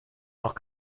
noch